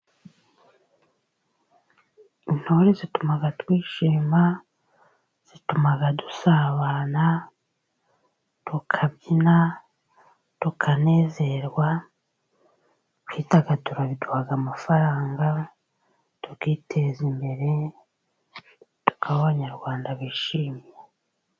Intore zituma twishima, zituma dusabana, tukabyina tukanezerwa. Kwidagadura biduha amafaranga tukiteza imbere abanyarwanda bishimye.